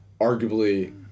arguably